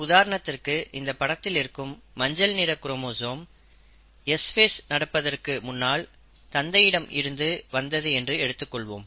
உதாரணத்திற்கு இந்த படத்தில் இருக்கும் மஞ்சள் நிற குரோமோசோம் S ஃபேஸ் நடப்பதற்கு முன்னால் தந்தையிடம் இருந்து வந்தது என்று எடுத்துக்கொள்வோம்